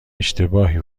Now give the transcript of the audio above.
اشتباهی